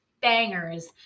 Bangers